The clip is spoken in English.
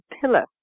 pillar